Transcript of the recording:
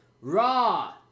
Raw